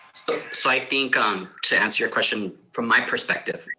so so i think um to answer your question from my perspective,